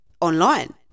online